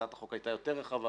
הצעת החוק הייתה יותר רחבה.